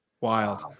Wild